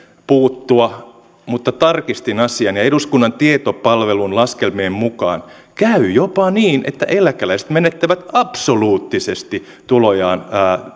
puuttua mutta tarkistin asian ja eduskunnan tietopalvelun laskelmien mukaan käy jopa niin että eläkeläiset menettävät absoluuttisesti tulojaan